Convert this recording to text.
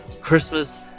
christmas